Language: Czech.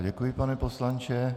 Děkuji, pane poslanče.